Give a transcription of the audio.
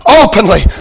openly